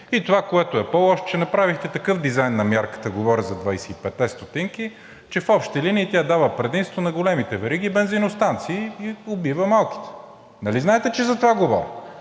И това, което е по-лошо, че направихте такъв дизайн на мярката – говоря за 25-те стотинки, че в общи линии тя дава предимство на големите вериги бензиностанции и убива малките. Нали знаете, че за това говоря,